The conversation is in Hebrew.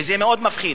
וזה מאוד מפחיד.